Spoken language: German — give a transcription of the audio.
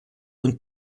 und